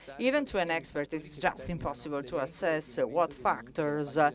even to an expert, it's it's just impossible to assess what factors